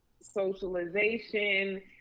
socialization